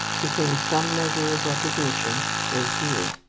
to whom some measure of recognition was due.